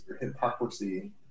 hypocrisy